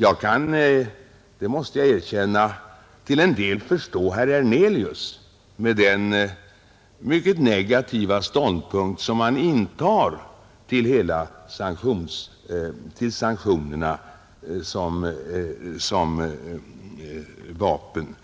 Jag kan — det måste jag erkänna — till en del förstå herr Hernelius med den mycket negativa ståndpunkt som han intar till sanktionerna såsom ett vapen